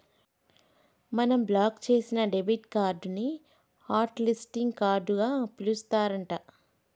మనం బ్లాక్ చేసిన debit card ని హట్ లిస్టింగ్ కార్డుగా పిలుస్తారు అంట